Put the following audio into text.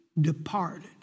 departed